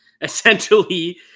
essentially